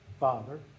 Father